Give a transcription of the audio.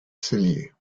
cellier